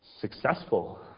successful